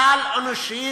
כלל-אנושי,